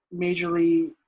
majorly